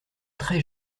très